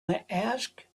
asked